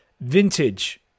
vintage